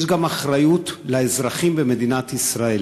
יש גם אחריות לאזרחים במדינת ישראל.